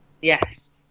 Yes